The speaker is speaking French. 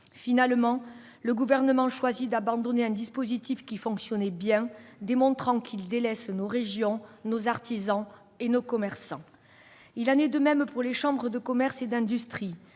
Finalement, le Gouvernement choisit d'abandonner un dispositif qui fonctionnait bien, démontrant qu'il délaisse nos régions, nos artisans et nos commerçants. Il en est de même pour les chambres de commerce et d'industrie.